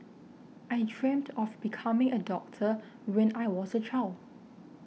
I dreamt of becoming a doctor when I was a child